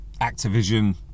Activision